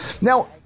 Now